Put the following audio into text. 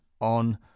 on